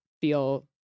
feel